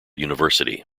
university